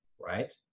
right